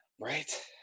Right